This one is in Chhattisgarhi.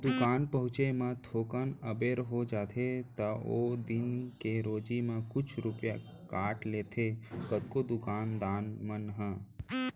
दुकान पहुँचे म थोकन अबेर हो जाथे त ओ दिन के रोजी म कुछ रूपिया काट लेथें कतको दुकान दान मन ह